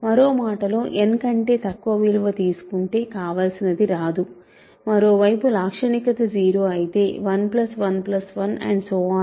మరోమాటలో n కంటే తక్కువ విలువ తీసుకుంటే కావాల్సినది రాదు మరోవైపు లాక్షణికత 0 అయితే 1 1 1